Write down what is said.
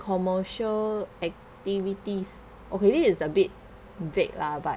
commercial activities okay this is a bit fake lah but